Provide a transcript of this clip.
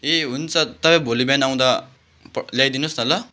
ए हुन्छ तपाईँ भोलि बिहान आउँदा ल्याइदिनोस् न ल